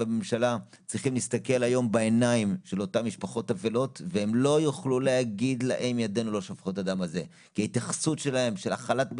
צריך לטפח אותו, להפיק את הלקחים וללכת עם